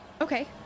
Okay